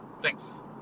Thanks